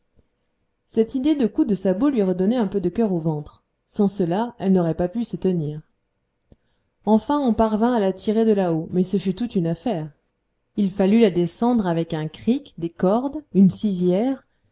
cette idée de coup de sabot lui redonnait un peu de cœur au ventre sans cela elle n'aurait pas pu se tenir enfin on parvint à la tirer de là-haut mais ce fut toute une affaire il fallut la descendre avec un cric des cordes une civière